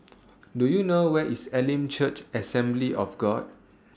Do YOU know Where IS Elim Church Assembly of God